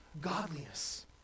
godliness